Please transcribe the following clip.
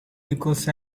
because